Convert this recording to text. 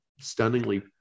stunningly